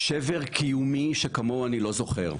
שבר קיומי שכמוהו אני לא זוכר.